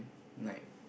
like